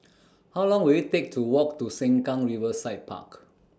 How Long Will IT Take to Walk to Sengkang Riverside Park